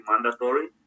mandatory